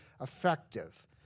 effective